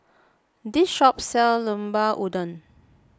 this shop sell Llemper Udang